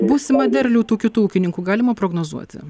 būsimą derlių tų kitų ūkininkų galima prognozuoti